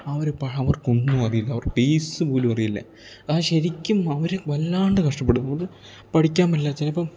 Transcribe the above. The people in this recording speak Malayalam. അവര് അവർക്കൊന്നുമറിയില്ല അവർക്ക് ബേയ്സ് പോലുമറിയില്ല അത് ശരിക്കും അവർ വല്ലാണ്ട് കഷ്ടപ്പെടും അവർ പഠിക്കാൻ മെല്ലെ ചിലപ്പം